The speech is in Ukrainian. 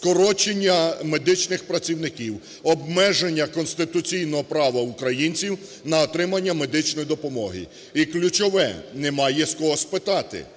скорочення медичних працівників, обмеження конституційного права українців на отримання медичної допомоги. І ключове – немає з кого спитати.